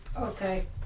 Okay